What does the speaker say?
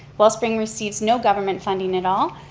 wellspring receives no government funding at all.